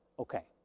okay.